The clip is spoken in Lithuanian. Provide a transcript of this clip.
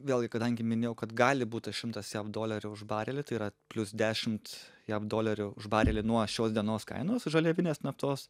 vėlgi kadangi minėjau kad gali būt tas šimtas jav dolerių už barelį tai yra plius dešimt jav dolerių už barelį nuo šios dienos kainos žaliavinės naftos